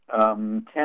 ten